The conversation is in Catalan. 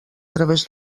través